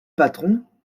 patron